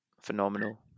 Phenomenal